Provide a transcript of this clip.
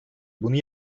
bunu